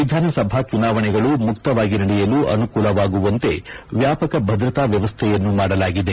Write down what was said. ವಿಧಾನಸಭಾ ಚುನಾವಣೆಗಳು ಮುಕ್ತವಾಗಿ ನಡೆಯಲು ಅನುಕೂಲವಾಗುವಂತೆ ವ್ಯಾಪಕ ಭದ್ರತಾ ವ್ಲವಸ್ಥೆಯನ್ನು ಮಾಡಲಾಗಿದೆ